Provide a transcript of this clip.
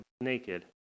naked